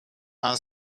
and